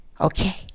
Okay